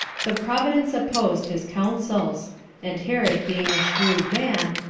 but providence opposed his counsels and herod being a shrewd man,